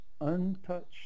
untouched